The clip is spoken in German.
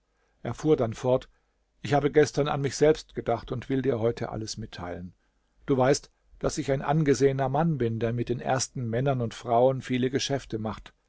er fuhr dann fort ich habe gestern an mich selbst gedacht und will dir heute alles mitteilen du weißt daß ich ein angesehener mann bin der mit den ersten männern und frauen viele geschäfte macht